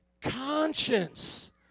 conscience